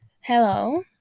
Hello